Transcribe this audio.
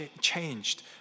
changed